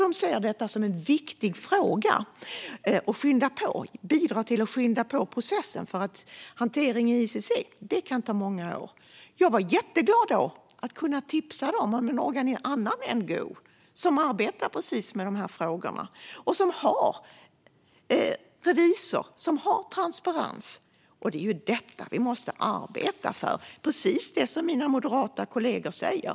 De ser det som en viktig fråga att bidra till att skynda på den processen, för hanteringen i ICC kan ta många år. Jag var jätteglad att kunna tipsa dem om en annan NGO som arbetar med precis de frågorna och som har revisor och transparens. Det är detta vi måste arbeta för, precis som mina moderata kollegor säger.